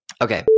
Okay